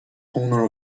owner